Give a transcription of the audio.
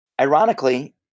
Ironically